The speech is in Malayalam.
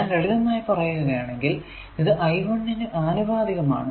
ഞാൻ ലളിതമായി പറയുകയാണേൽ ഇത് I1 നു ആനുപാതികമാണ്